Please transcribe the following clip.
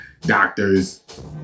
doctors